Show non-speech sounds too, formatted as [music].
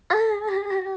[laughs]